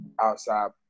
outside